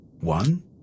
one